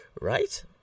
right